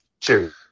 Cheers